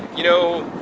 you know,